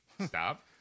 Stop